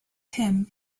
him